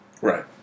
Right